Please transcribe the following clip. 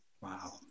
wow